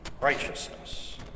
Righteousness